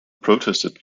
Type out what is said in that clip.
protested